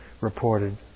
reported